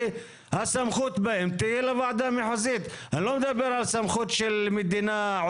התוכנית שאתה מדבר עליה.